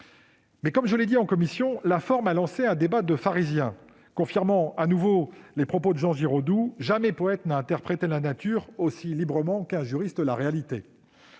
mais comme je l'ai dit en commission, la forme a lancé un débat de pharisiens, confirmant à nouveau les propos de Jean Giraudoux :« Jamais poète n'a interprété la nature aussi librement qu'un juriste la réalité.